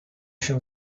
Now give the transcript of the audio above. się